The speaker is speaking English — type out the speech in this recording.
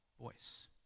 voice